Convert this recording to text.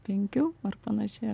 penkių ar panašiai